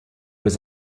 was